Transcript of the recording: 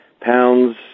pounds